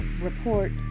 report